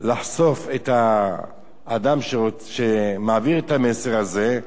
לחשוף את האדם שמעביר את המסר הזה,